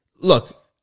look